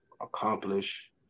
accomplish